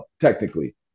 technically